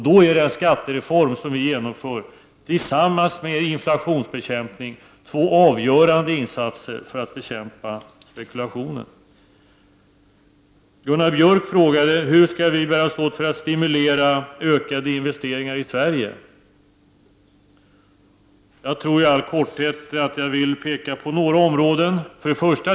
Den skattereform som vi genomför och inflationsbekämpningen är två avgörande insatser för att bekämpa spekulationen. Gunnar Björk frågade hur vi skall bära oss åt för att stimulera till ökade investeringar i Sverige. Jag vill peka på några områden i all korthet.